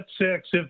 six